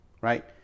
right